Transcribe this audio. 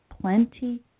plenty